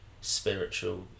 spiritual